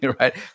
right